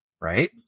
right